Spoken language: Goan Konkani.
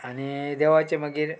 आनी देवाचें मागीर